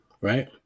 right